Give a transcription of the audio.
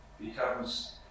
becomes